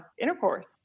intercourse